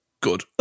good